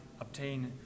obtain